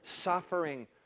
suffering